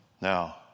Now